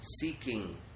seeking